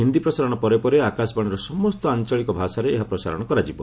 ହିନ୍ଦି ପ୍ରସାରଣ ପରେ ପରେ ଆକାଶବାଣୀର ସମସ୍ତ ଆଞ୍ଚଳିକ ଭାଷାରେ ଏହା ପ୍ରସାରଣ କରାଯିବ